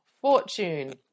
fortune